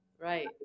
Right